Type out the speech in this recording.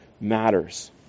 matters